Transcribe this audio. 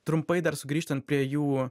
trumpai dar sugrįžtant prie jų